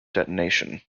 detonation